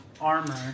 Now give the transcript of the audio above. armor